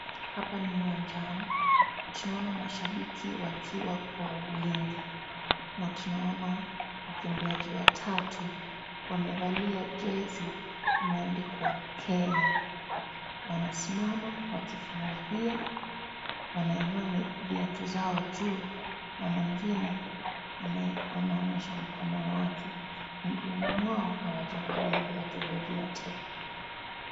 Hapa Ni uwanjani, tunaona mashabiki wakiwa kwa wingi, na tunaona wakimbiaji watatu wamevalia jezi imeandikwa Kenya. Wanasimama wakifurahia, wanainua viatu zao juu na mwingine anaonyesha mkono wake. Miguuni mwao hawajavalia viatu vyovyote.